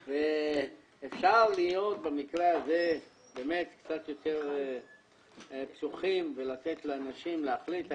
אפשר להיות במקרה הזה באמת קצת יותר פתוחים ולתת לנשים להחליט.